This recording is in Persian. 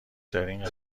دارین